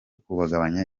kugabanya